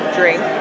drink